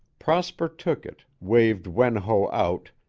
prosper took it, waved wen ho out,